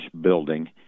building